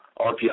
RPI